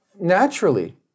Naturally